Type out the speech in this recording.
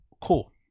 cool